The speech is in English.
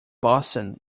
boston